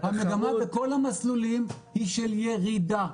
המגמה בכל המסלולים היא של ירידה.